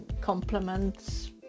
compliments